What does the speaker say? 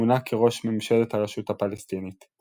מונה כראש ממשלת הרשות הפלסטינית.